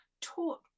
taught